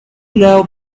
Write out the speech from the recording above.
know